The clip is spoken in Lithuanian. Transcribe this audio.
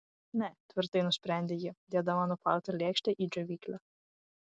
ne tvirtai nusprendė ji dėdama nuplautą lėkštę į džiovyklę